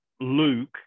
Luke